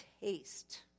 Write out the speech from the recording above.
taste